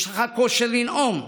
יש לך כושר לנאום,